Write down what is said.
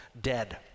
dead